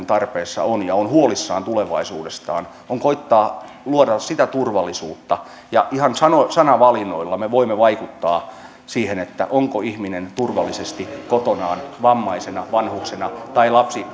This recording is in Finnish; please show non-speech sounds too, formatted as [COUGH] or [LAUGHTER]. [UNINTELLIGIBLE] tarpeessa on ja on huolissaan tulevaisuudestaan koetetaan luoda sitä turvallisuutta ihan sanavalinnoilla me voimme vaikuttaa siihen onko ihminen turvallisesti kotonaan vammaisena vanhuksena tai